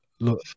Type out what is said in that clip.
Look